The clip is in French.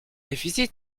déficit